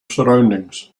surroundings